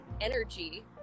energy